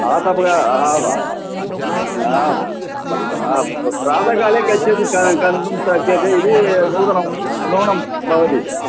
आतपः प्रातःकाले कश्चित् शक्यते इति न्यूनं न्यूनं भवति